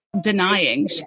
denying